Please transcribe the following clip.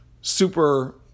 super